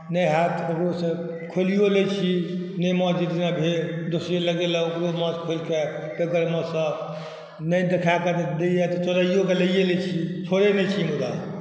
नहि होयत तऽ ककरो सँ खोलियो लै छी नहि माछ जाहि दिना भेल दोसरे लगेलक ओकरे माछ खोलि कऽ मे सँ नहि देखाइ दै यऽ चोरइयो कऽ लै छी छोड़ै नहि छी मुदा